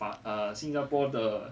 发哦新加坡的